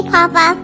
Papa